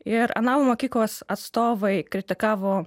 ir analų mokyklos atstovai kritikavo